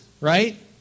right